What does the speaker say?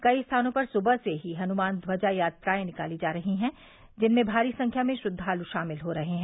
कई स्थानों पर सुबह से ही हनुमान ध्वजा यात्रायें निकाली जा रही हैं जिनमें भारी संख्या में श्रद्वालु शामिल हो रहे हैं